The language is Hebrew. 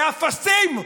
כאפסים.